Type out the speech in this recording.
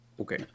Okay